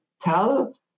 tell